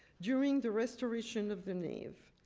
during the restoration of the nave,